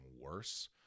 worse